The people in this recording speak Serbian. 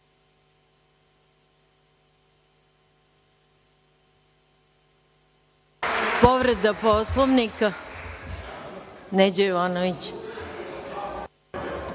Povreda Poslovnika, Neđo Jovanović.